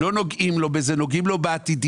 לא נוגעים לו בזה אלא נוגעים לו בעתידי,